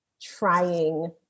trying